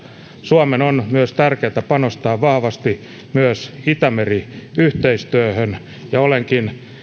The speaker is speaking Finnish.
suomen on tärkeätä panostaa vahvasti myös itämeri yhteistyöhön ja olenkin